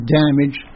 damage